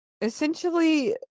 essentially